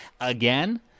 Again